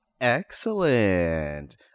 Excellent